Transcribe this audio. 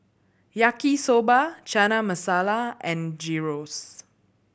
Yaki Soba Chana Masala and Gyros